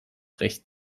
recht